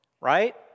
right